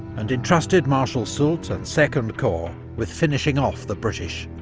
and entrusted marshal soult and second corps with finishing off the british.